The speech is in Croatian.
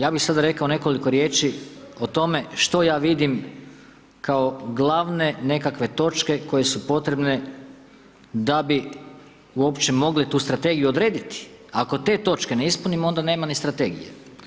Ja bi sada rekao nekoliko riječi, o tome, što ja vidim, kao glavne nekakve točke koje su potrebne, da bi uopće mogli tu strategiju odrediti, ako te točke ne ispunimo, onda nemamo ni strategije.